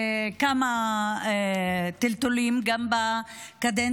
עאידה תומא סלימאן לברך על המוגמר.